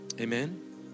Amen